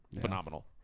Phenomenal